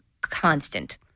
Constant